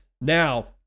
Now